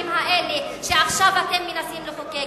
הגזעניים האלה שעכשיו אתם מנסים לחוקק,